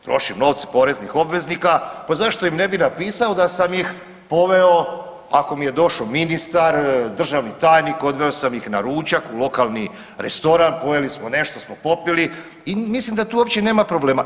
Trošim novce poreznih obveznika, pa zašto im ne bi napisao da sam ih poveo ako mi je došao ministar, državni tajnik, odveo sam ih na ručak u lokalni restoran, pojeli smo, nešto smo popili i mislim da tu uopće nema problema.